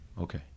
okay